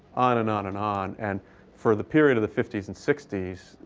on and on and on. and for the period of the fifty s and sixty s,